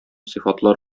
сыйфатлар